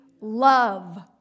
love